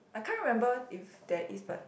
I can't remember if there is but